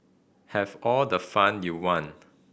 have all the fun you want